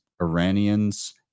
Iranians